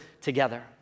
together